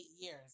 years